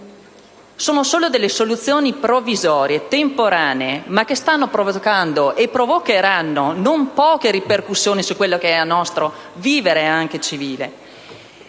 Sono solo delle soluzioni provvisorie, temporanee, ma che stanno provocando e provocheranno non poche ripercussioni anche sul nostro vivere civile.